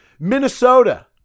Minnesota